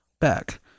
back